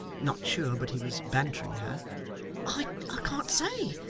not sure but he was bantering her i can't say.